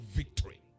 victory